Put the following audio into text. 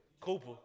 Cooper